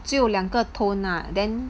就两个 tone ah then